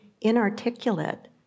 inarticulate